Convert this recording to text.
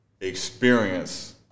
experience